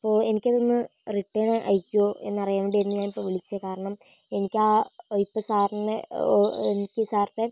അപ്പോൾ എനിക്കതൊന്ന് റിട്ടേണ് അയക്കുവോ എന്നറിയാൻ വേണ്ടിയായിരുന്നു ഞാനിപ്പോൾ വിളിച്ചത് കാരണം എനിക്ക് ഇപ്പം സാറിന് എനിക്ക് സാറിൻ്റെ